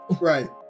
right